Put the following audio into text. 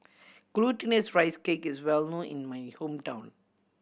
Glutinous Rice Cake is well known in my hometown